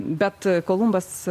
bet kolumbas